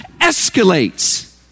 escalates